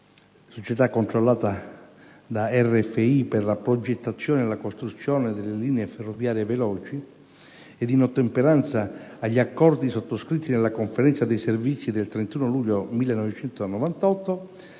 (società controllata da RFI per la progettazione e la costruzione delle linee ferroviarie veloci) ed in ottemperanza agli accordi sottoscritti nella Conferenza dei servizi del 31 luglio del 1998,